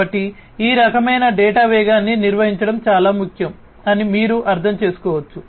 కాబట్టి ఈ రకమైన డేటా వేగాన్ని నిర్వహించడం చాలా ముఖ్యం అని మీరు అర్థం చేసుకోవచ్చు